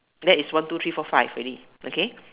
that is one two three four five already okay